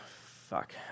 Fuck